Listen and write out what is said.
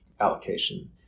allocation